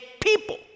people